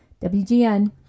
WGN